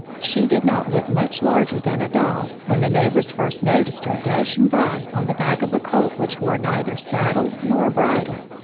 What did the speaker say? she did not look much larger than a doll when the neighbors first noticed her dashing by on the back of a colt which wore neither saddle nor bridle,